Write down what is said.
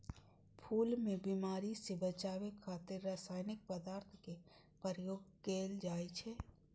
फूल कें बीमारी सं बचाबै खातिर रासायनिक पदार्थक प्रयोग कैल जाइ छै